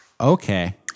Okay